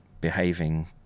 behaving